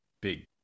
big